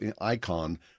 icon